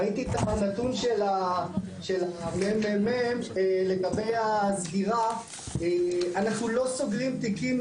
ראיתי את הנתון של הממ"מ לגבי הסגירה - אנחנו לא סוגרים תיקים